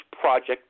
project